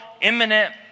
imminent